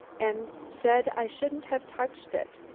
and said i shouldn't have touched it.